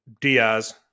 Diaz